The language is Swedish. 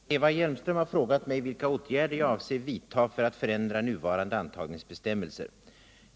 Herr talman! Eva Hjelmström har frågat mig vilka åtgärder jag avser att vidta för att förändra nuvarande antagningsbestämmelser till högskolan.